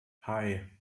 hei